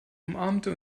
umarmte